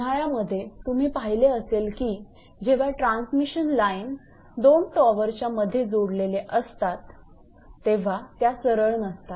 उन्हाळ्यामध्ये तुम्ही पाहिले असेल की जेव्हा ट्रान्समिशन लाईन दोन टॉवरच्या मध्ये जोडलेल्या असतात तेव्हा त्या सरळ नसतात